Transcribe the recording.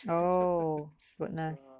oh goodness